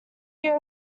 year